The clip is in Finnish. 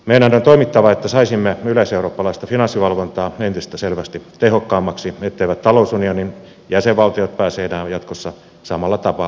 meidän on toimittava että saisimme yleiseurooppalaista finanssivalvontaa entistä selvästi tehokkaammaksi etteivät talousunionin jäsenvaltiot pääse enää jatkossa samalla tapa